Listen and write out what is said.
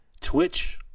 Twitch